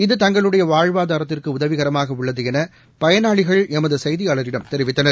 இது தங்களுடைய வாழ்வாதாரத்திற்கு உதவிக்கரமாக உள்ளது என பயனாளிகள் எமது செய்தியாளிடம் தெரிவித்தனர்